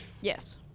Yes